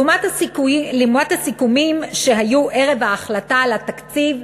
לעומת הסיכומים שהיו ערב ההחלטה על התקציב,